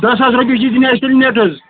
دَہ ساس رۄپیہِ چھِ دِنۍ اَسہِ تیٚلہِ نیٚٹ حظ